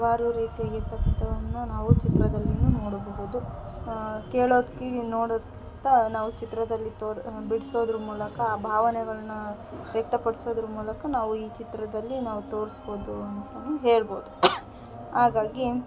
ಹಲವಾರು ರೀತಿಯಲಿರ್ತಕಂಥವನ್ನು ನಾವು ಚಿತ್ರದಲ್ಲಿ ನೋಡಬಹುದು ಕೊಳೋದ್ಕಿವಿ ನೋಡೋದ್ಕಿಂಥ ನಾವು ಚಿತ್ರದಲ್ಲಿ ತೋರಿ ಬಿಡ್ಸೋದ್ರ ಮೂಲಕ ಆ ಭಾವನೆಗಳ್ನ ವ್ಯಕ್ತಪಡ್ಸೋದ್ರ ಮೂಲಕ ನಾವು ಈ ಚಿತ್ರದಲ್ಲಿ ನಾವು ತೋರಿಸ್ಬೌದು ಅಂತ ಹೇಳ್ಬೌದು ಹಾಗಾಗಿ